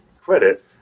credit